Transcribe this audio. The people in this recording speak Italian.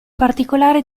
particolare